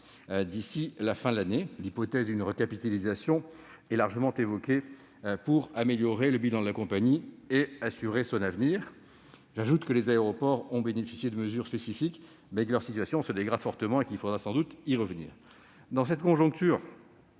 d'ici à la fin de l'année. L'hypothèse d'une recapitalisation est largement évoquée pour améliorer le bilan de la compagnie et assurer son avenir. J'ajoute que les aéroports ont bénéficié de mesures spécifiques, mais que leur situation se dégrade fortement et qu'il faudra sans doute y revenir. Dans cette conjoncture